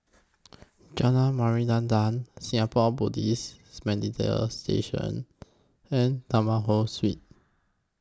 Jalan Singapore Buddhist Station and Taman Ho Swee